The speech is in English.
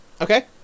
Okay